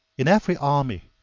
in every army,